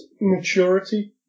maturity